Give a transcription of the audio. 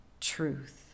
truth